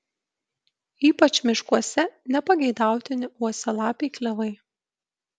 ypač miškuose nepageidautini uosialapiai klevai